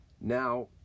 Now